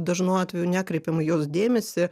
dažnu atveju nekreipiam į juos dėmesį